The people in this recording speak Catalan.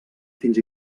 fins